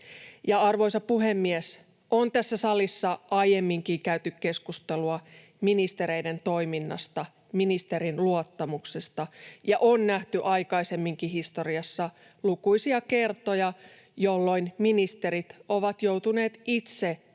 arvoisa puhemies, on tässä salissa aiemminkin käyty keskustelua ministereiden toiminnasta, ministerin luottamuksesta, ja on nähty aikaisemminkin historiassa lukuisia kertoja, jolloin ministerit ovat joutuneet itse